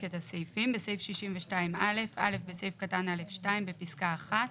בסעיף 62א (א) בסעיף קטן (א2), בפסקה (1),